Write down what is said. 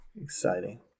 exciting